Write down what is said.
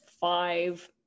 five